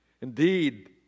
Indeed